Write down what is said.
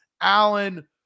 Allen